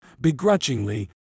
Begrudgingly